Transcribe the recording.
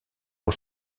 aux